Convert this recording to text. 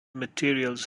materials